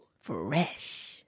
Fresh